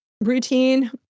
routine